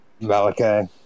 Malachi